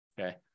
okay